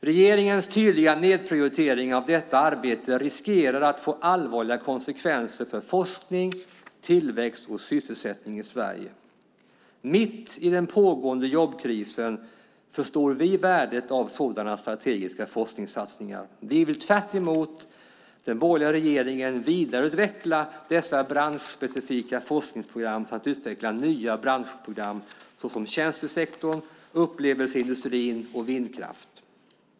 Regeringens tydliga nedprioritering av detta arbete riskerar att få allvarliga konsekvenser för forskning, tillväxt och sysselsättning i Sverige. Mitt i den pågående jobbkrisen förstår vi värdet av sådana strategiska forskningssatsningar. Vi vill tvärt emot den borgerliga regeringen vidareutveckla dessa branschspecifika forskningsprogram samt utveckla nya branschprogram såsom tjänstesektorn, upplevelseindustrin och vindkraften.